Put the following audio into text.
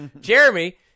Jeremy